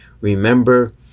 Remember